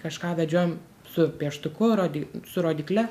kažką vedžiojam su pieštuku rody su rodykle